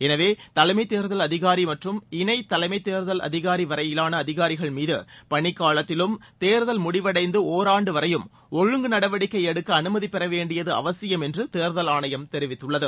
எனவே தலைமை தேர்தல் அதிகாரி மற்றும் இணை தலைமை தேர்தல் அதிகாரி வரையான அதிகாரிகள் மீது பணி காலத்திலும் தேர்தல் முடிவடைந்து ஒராண்டு வரையும் ஒழுங்கு நடவடிக்கை எடுக்க அனுமதி பெறவேண்டியது அவசியம் என்று தேர்தல் ஆணையம் தெரிவித்துள்ளது